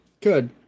Good